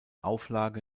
auflage